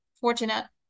fortunate